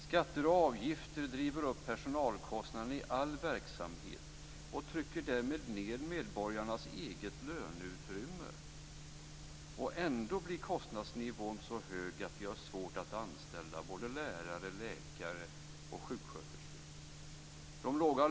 Skatter och avgifter driver upp personalkostnaderna i all verksamhet och trycker därmed ned medborgarnas eget löneutrymme, och ändå blir kostnadsnivån så hög att vi har svårt att anställa lärare, läkare och sjuksköterskor.